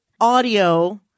audio